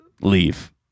leave